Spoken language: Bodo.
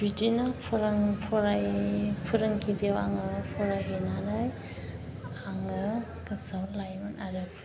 बिदिनो फोरोंगिरिनाव आङो फरायहैनानै आङो गोसोआव लायोमोन आरो